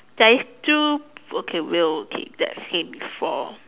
there is still okay we'll take that same before